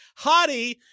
hottie